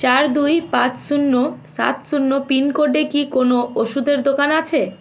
চার দুই পাঁচ শূন্য সাত শূন্য পিনকোডে কি কোনও ওষুধের দোকান আছে